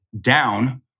down